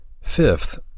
Fifth